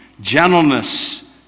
Gentleness